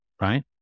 right